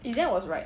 izzan was right